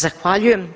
Zahvaljujem.